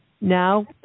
Now